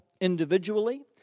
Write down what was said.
individually